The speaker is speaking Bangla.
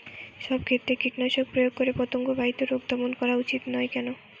সব ক্ষেত্রে কীটনাশক প্রয়োগ করে পতঙ্গ বাহিত রোগ দমন করা উচিৎ নয় কেন?